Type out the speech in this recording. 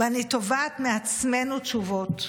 ואני תובעת מעצמנו תשובות.